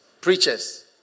Preachers